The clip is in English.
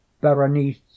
berenice